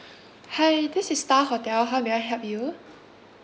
hi this is star hotel how may I help you